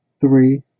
three